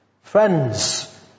friends